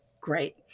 great